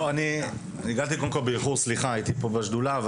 סליחה שהגעתי באיחור, הייתי פה בשדולה.